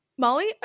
Molly